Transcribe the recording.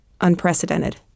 unprecedented